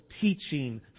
teaching